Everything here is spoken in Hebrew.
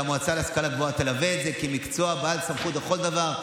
והמועצה להשכלה גבוהה תלווה את זה כמקצוע בעל סמכות לכל דבר,